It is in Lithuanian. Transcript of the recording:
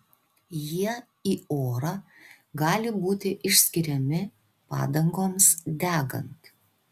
jie į orą gali būti išskiriami padangoms degant